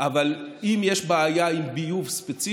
אבל אם יש בעיה ספציפית